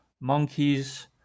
monkeys